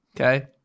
okay